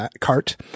cart